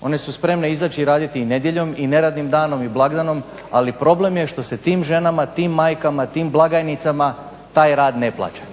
One su spremne izaći i raditi i nedjeljom i neradnim danom i blagdanom, ali problem je što se tim ženama, tim majkama, tim blagajnicama taj rad ne plaća.